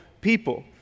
people